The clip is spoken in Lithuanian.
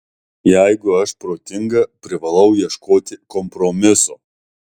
jeigu aš protinga privalau ieškoti kompromiso